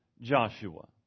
Joshua